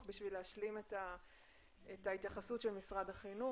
בשביל להשלים את ההתייחסות של משרד החינוך,